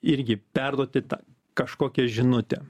irgi perduoti tą kažkokią žinutę